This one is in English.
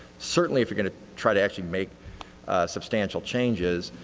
certainly if you're going to try to actually make substantial changes,